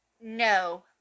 no